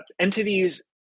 entities